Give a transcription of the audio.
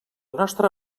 nostra